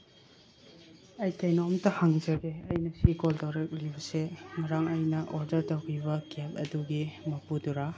ꯑꯩ ꯀꯩꯅꯣꯝꯇ ꯍꯪꯖꯒꯦ ꯑꯩ ꯉꯁꯤ ꯀꯣꯜ ꯇꯧꯔꯛꯂꯤꯕꯁꯦ ꯉꯔꯥꯡ ꯑꯩꯅ ꯑꯣꯔꯗꯔ ꯇꯧꯈꯤꯕ ꯀꯦꯕ ꯑꯗꯨꯒꯤ ꯃꯄꯨꯗꯨꯔꯥ